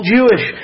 Jewish